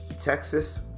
texas